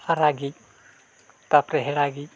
ᱟᱨᱟᱜᱤᱡ ᱛᱟᱨᱯᱚᱨᱮ ᱦᱮᱲᱟᱜᱤᱡ